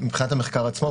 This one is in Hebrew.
מבחינת המחקר עצמו,